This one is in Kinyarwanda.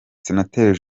senateri